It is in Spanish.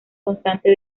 constante